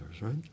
right